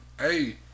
Hey